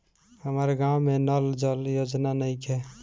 हमारा गाँव मे नल जल योजना नइखे?